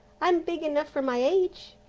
i'm big enough for my age.